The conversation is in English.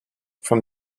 from